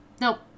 Nope